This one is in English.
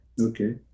Okay